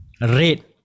red